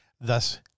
thus